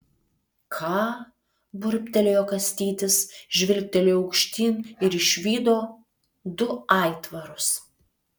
ką burbtelėjo kastytis žvilgtelėjo aukštyn ir išvydo du aitvarus